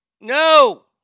No